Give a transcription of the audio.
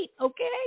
okay